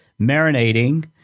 marinating